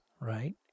right